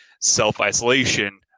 self-isolation